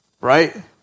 right